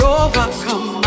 overcome